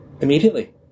immediately